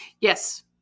Yes